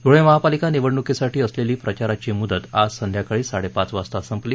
धुळे महापालिका निवडणूकीसाठी असलेली प्रचाराची मुदत आज सायंकाळी साडेपाच वाजता संपली